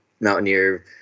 Mountaineer